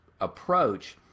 approach